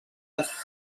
els